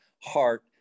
heart